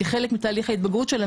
כחלק מתהליך ההתבגרות שלהם,